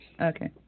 Okay